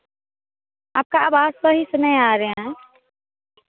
आपका आवाज सही से नहीं आ रहे हैं